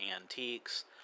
antiques